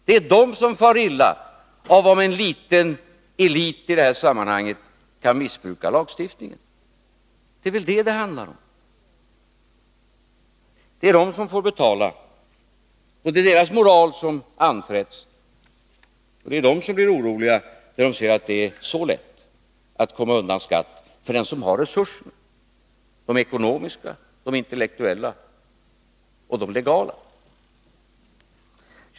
Det är de som far illa av om en liten elit i det här sammanhanget kan missbruka lagstiftningen. Det är väl vad det handlar om. Det är de som får betala, och det är deras moral som anfräts. Det är ju de som blir oroliga när de ser att det är så lätt att komma undan skatt för dem som har de ekonomiska, de intellektuella och de legala resurserna.